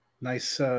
Nice